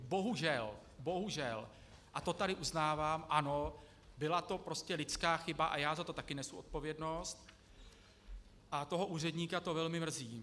Bohužel, bohužel, a to tady uznávám, ano, byla to prostě lidská chyba a já za to taky nesu odpovědnost, a toho úředníka to velmi mrzí.